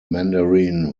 mandarin